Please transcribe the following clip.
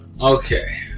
Okay